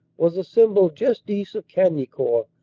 was assembled just east of cagnicourt,